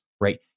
right